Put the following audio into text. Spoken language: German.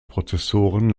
prozessoren